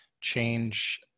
change